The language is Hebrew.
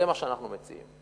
זה מה שאנחנו מציעים.